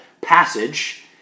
passage